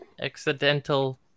accidental